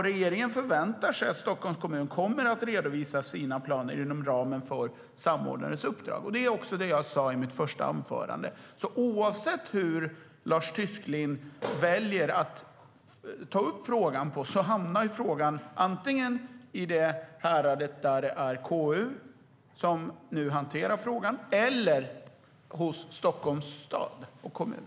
Regeringen förväntar sig att Stockholms kommun kommer att redovisa sina planer inom ramen för samordnarens uppdrag. Det är också vad jag sa i mitt första anförande. Oavsett hur Lars Tysklind väljer att formulera frågan hamnar den antingen i det härad där det är KU som nu hanterar den eller hos Stockholms kommun.